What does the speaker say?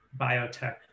biotech